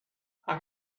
how